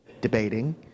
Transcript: debating